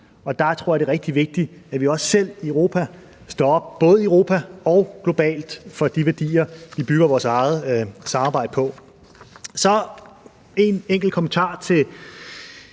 Jeg tror, det er rigtig vigtigt, at vi også selv i Europa står op – både i Europa og globalt – for de værdier, vi bygger vores eget samarbejde på. Jeg har en enkelt kommentar til